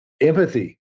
empathy